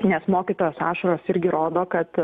nes mokytojos ašaros irgi rodo kad